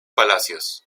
palacios